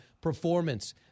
performance